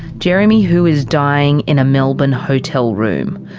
jeremy hu is dying in a melbourne hotel room.